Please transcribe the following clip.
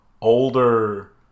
older